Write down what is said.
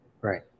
right